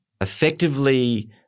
effectively